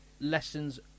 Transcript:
lessons